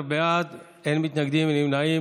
12 בעד, אין מתנגדים, אין נמנעים.